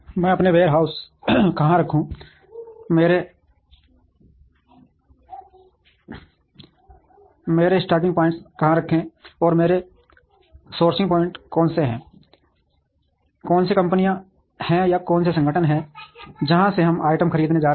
मैं अपने वेयरहाउस कहां रखूं मेरे स्टॉकिंग पॉइंट कहां रखें और मेरे सोर्सिंग पॉइंट कौन से हैं कौन से कंपनियां हैं या कौन से संगठन हैं जहां से हम आइटम खरीदने जा रहे हैं